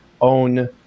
own